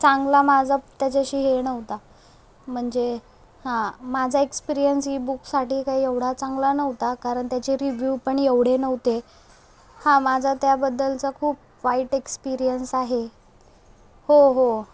चांगला माझा त्याच्याशी हे नव्हता म्हणजे हां माझा एक्सपीरिअन्स ई बुकसाठी काही एवढा चांगला नव्हता कारण त्याचे रिव्ह्यू पण एवढे नव्हते हा माझा त्याबद्दलचा खूप वाईट एक्सपीरिअन्स आहे हो हो